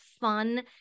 fun